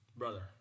Brother